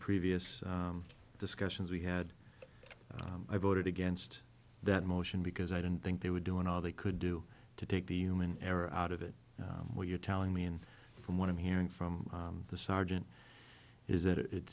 previous discussions we had i voted against that motion because i didn't think they were doing all they could do to take the human error out of it what you're telling me and from what i'm hearing from the sergeant is that it